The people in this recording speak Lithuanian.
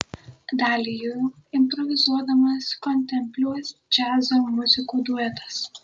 dalį jų improvizuodamas kontempliuos džiazo muzikų duetas